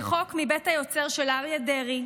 זה חוק מבית היוצר של אריה דרעי,